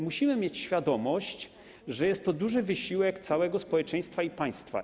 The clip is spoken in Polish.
Musimy mieć świadomość, że jest to duży wysiłek całego społeczeństwa i państwa.